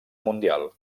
mundial